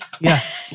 Yes